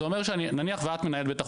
זה אומר שאני נניח שאת מנהלת בית החולים,